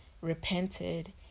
repented